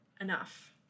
enough